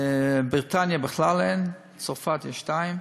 בבריטניה בכלל אין, בצרפת יש שניים,